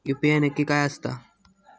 UPI नक्की काय आसता?